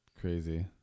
Crazy